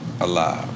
alive